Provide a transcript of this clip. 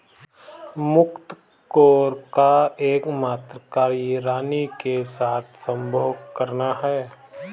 मुकत्कोर का एकमात्र कार्य रानी के साथ संभोग करना है